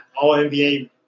All-NBA